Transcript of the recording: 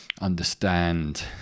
understand